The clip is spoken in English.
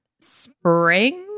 spring